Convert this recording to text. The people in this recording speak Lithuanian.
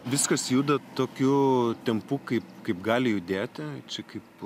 viskas juda tokiu tempu kaip kaip gali judėti čia kaip